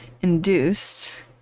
induced